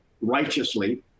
righteously